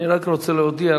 אני רק רוצה להודיע,